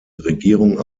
regierung